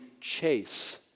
chase